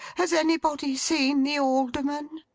has anybody seen the alderman